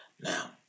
Now